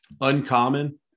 Uncommon